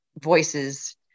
voices